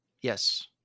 Yes